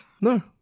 No